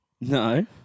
No